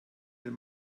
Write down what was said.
den